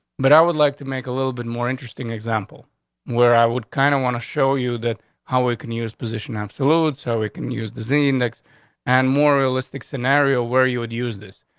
but i would like to make a little bit more interesting example where i would kind of want to show you that how we can use position absolute so we can use the z index and more realistic scenario where you would use this.